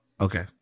Okay